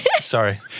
Sorry